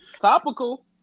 Topical